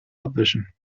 abwischen